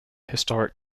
historic